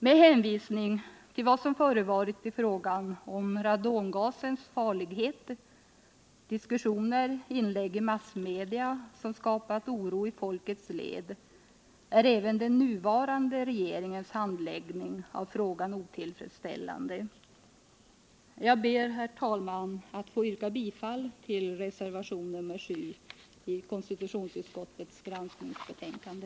Med hänvisning till vad som förevarit i frågan om radongasens farlighet — diskussioner och inlägg i massmedia som skapat oro i folkets led är även den nuvarande regeringens handläggning av frågan otillfredsställande. Jag ber, herr talman, att få yrka bifall till reservation nr 7 i konstitutionsutskottets granskningsbetänkande.